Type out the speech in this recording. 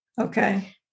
Okay